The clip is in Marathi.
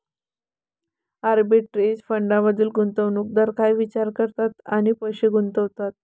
आर्बिटरेज फंडांमधील गुंतवणूकदार काय विचार करतात आणि पैसे गुंतवतात?